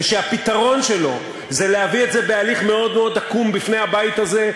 ושהפתרון שלו זה להביא את זה בהליך מאוד עקום בפני הבית הזה,